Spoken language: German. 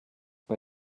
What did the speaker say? bei